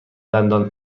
دندان